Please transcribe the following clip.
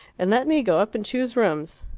and let me go up and choose rooms.